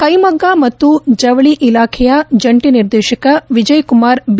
ಕೈಮಗ್ಗ ಮತ್ತು ಜವಳಿ ಇಲಾಖೆಯ ಜಂಟಿ ನಿರ್ದೇಶಕ ವಿಜಯ್ ಕುಮಾರ್ ಬಿ